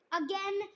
again